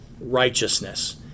righteousness